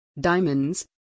Diamonds